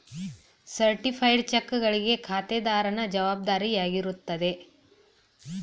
certified ಚೆಕ್ಗಳಿಗೆ ಖಾತೆದಾರನ ಜವಾಬ್ದಾರಿಯಾಗಿರುತ್ತದೆ